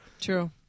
True